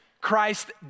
Christ